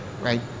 right